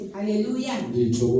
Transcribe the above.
Hallelujah